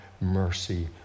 mercy